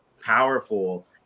powerful